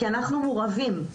כי אנחנו מורעבים,